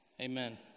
Amen